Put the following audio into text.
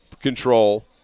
control